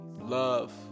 Love